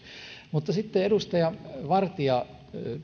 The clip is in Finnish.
mutta sitten edustaja vartia